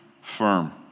firm